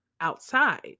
outside